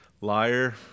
Liar